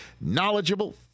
knowledgeable